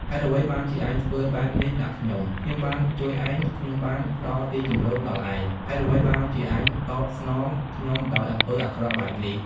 ហេតុអ្វីបានជាឯងធ្វើបែបនេះដាក់ខ្ញុំ? ខ្ញុំបានជួយឯង ខ្ញុំបានផ្តល់ទីជម្រកដល់ឯង ហេតុអ្វីបានជាឯងតបស្នងខ្ញុំដោយអំពើអាក្រក់បែបនេះ?